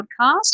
podcast